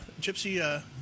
Gypsy